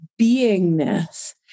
beingness